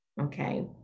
okay